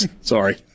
Sorry